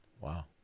Wow